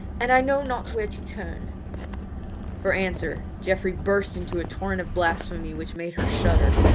and i know not where to turn for answer, geoffrey burst into a torrent of blasphemy which made her shudder.